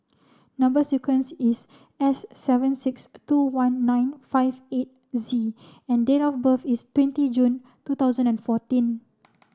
number sequence is S seven six two one nine five eight Z and date of birth is twenty June two thousand and fourteen